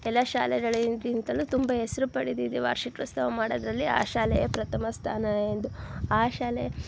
ಎಲ್ಲ ಶಾಲೆಗಳಿಗಿಂತಲೂ ತುಂಬ ಹೆಸ್ರು ಪಡೆದಿದೆ ವಾರ್ಷಿಕೋತ್ಸವ ಮಾಡೋದರಲ್ಲಿ ಆ ಶಾಲೆಯೇ ಪ್ರಥಮ ಸ್ಥಾನ ಎಂದು ಆ ಶಾಲೆ